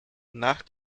nach